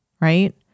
right